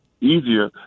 easier